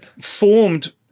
formed